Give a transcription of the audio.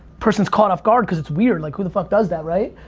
person's caught off-guard cause it's weird, like who the fuck does that right?